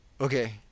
Okay